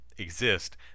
exist